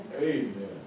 Amen